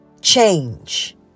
change